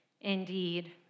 indeed